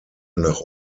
nach